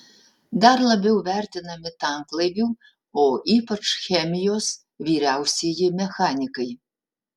dar labiau vertinami tanklaivių o ypač chemijos vyriausieji mechanikai